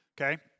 okay